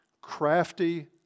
crafty